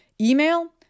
Email